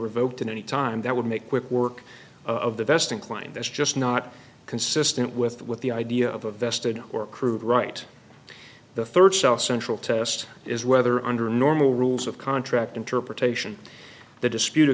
revoked in any time that would make quick work of the best inclined that's just not consistent with what the idea of a vested or crude right the third south central test is whether under normal rules of contract interpretation the dispute